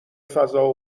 فضا